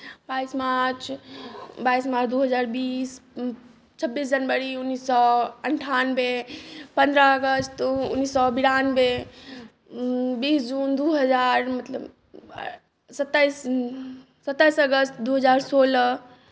बाइस मार्च दू हजार बीस छब्बीस जनवरी उनैस सओ अनठानबे पन्द्रह अगस्त उनैस सओ बेरानबे बीस जून दू हजार मतलब सत्ताइस अगस्त दू हजार सोलह